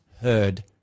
heard